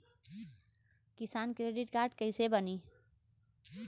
किसान credit card कइसे बानी?